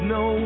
no